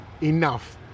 enough